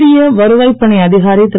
இந்திய வருவாய்ப் பணி அதிகாரி திரு